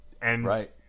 right